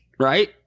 Right